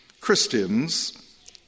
Christians